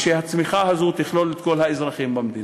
ושהצמיחה הזאת תכלול את כל האזרחים במדינה.